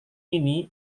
ini